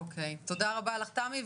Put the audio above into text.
תודה רבה לך, תמי.